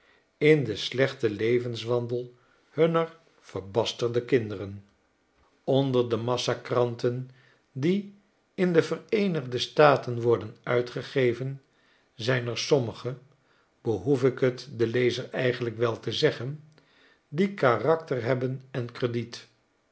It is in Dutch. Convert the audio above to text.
in den slechten levenswandel hunner verbasterde kinderen onder de massa kranten die in de vereenigde staten worden uitgegeven zijn er sommige behoef ik t den lezer eigenlijk wel te zeggen die karakter hebben en krediet